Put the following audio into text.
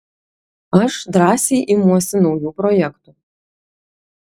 aš drąsiai imuos naujų projektų